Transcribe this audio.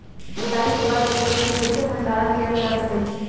कटाई के बाद उपज के कईसे भंडारण कएल जा सकई छी?